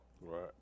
Right